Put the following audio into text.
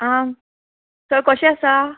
आं सगळें कशें आसा